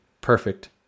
perfect